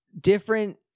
different